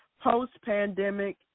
post-pandemic